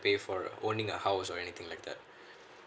pay for owning a house or anything like that